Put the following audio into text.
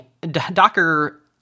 Docker